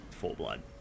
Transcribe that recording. full-blood